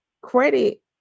Credit